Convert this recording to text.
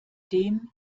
dem